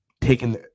taken